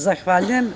Zahvaljujem.